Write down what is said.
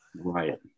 right